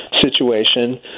situation